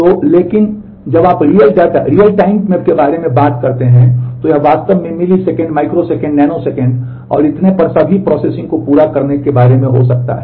तो लेकिन जब आप रियल टाइम को पूरा करने के बारे में हो सकता है